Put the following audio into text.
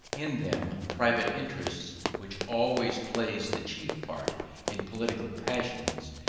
in them private interest, which always plays the chief part in political passions,